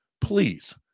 please